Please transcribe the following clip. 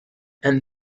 and